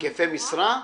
היקפי משרה?